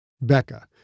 Becca